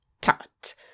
Tut